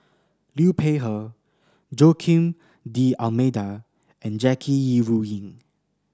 Liu Peihe Joaquim D'Almeida and Jackie Yi Ru Ying